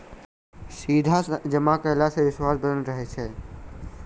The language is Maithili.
सीधा जमा कयला सॅ विश्वास बनल रहैत छै